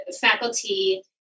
faculty